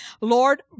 Lord